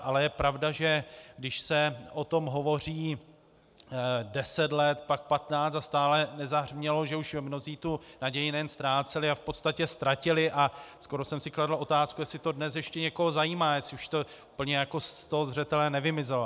Ale je pravda, když se o tom hovoří deset let, pak patnáct a stále nezahřmělo, že už mnozí tu naději nejen ztráceli a v podstatě ztratili, a skoro jsem si kladl otázku, jestli to dnes ještě někoho zajímá, jestli už to plně ze zřetele nevymizelo.